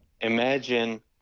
Imagine